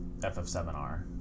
FF7R